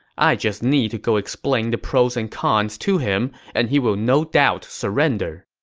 i just need to go explain the pros and cons to him, and he will no doubt surrender.